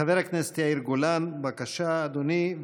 חבר הכנסת יאיר גולן, בבקשה, אדוני.